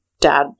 dad